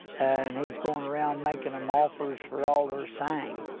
and he's going around making em offers for all their seng.